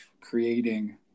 creating